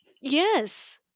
Yes